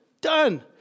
Done